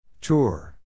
Tour